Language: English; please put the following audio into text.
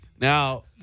Now